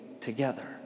together